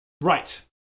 Right